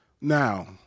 Now